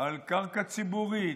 על קרקע ציבורית,